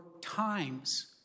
times